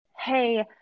Hey